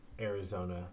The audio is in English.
Arizona